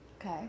Okay